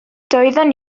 doeddwn